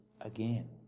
again